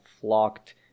flocked